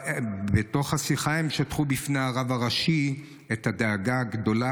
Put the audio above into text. בשיחה הם שטחו בפני הרב הראשי את הדאגה הגדולה